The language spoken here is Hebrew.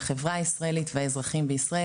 החברה הישראלית והאזרחים בישראל.